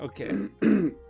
Okay